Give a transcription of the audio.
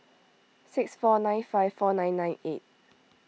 six four nine five four nine nine eight